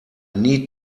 need